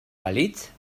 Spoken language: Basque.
balitz